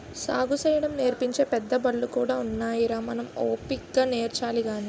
సాగుసేయడం నేర్పించే పెద్దబళ్ళు కూడా ఉన్నాయిరా మనం ఓపిగ్గా నేర్చాలి గాని